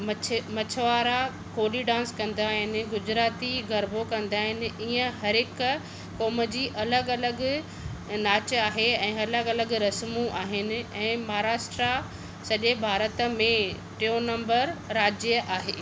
मछ मछवारा कोॾी डांस कंदा आहिनि गुजराती गरबो कंदा आहिनि इएं हरहिक क़ौम जी अलॻि अलॻि नाच आहे ऐं अलॻि अलॻि रस्मूं आहिनि ऐं महाराष्ट्रा सॼे भारत में टियों नम्बर राज्य आहे